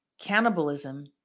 cannibalism